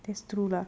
that's true lah